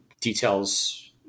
details